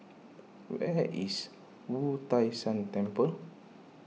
where is Wu Tai Shan Temple